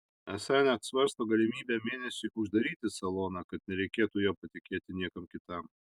esą net svarsto galimybę mėnesiui uždaryti saloną kad nereikėtų jo patikėti niekam kitam